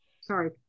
sorry